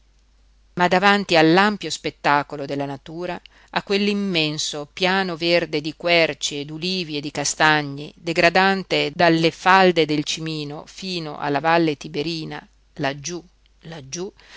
ma davanti all'ampio spettacolo della natura a quell'immenso piano verde di querci e d'ulivi e di castagni degradante dalle falde del cimino fino alla valle tiberina laggiú laggiú